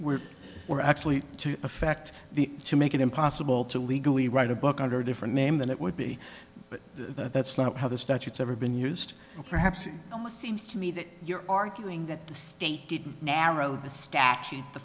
were actually to affect the to make it impossible to legally write a book under a different name than it would be but that's not how the statutes ever been used perhaps it almost seems to me that you're arguing that the state didn't narrow the statute the